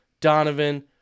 Donovan